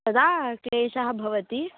तदा क्लेशः भवति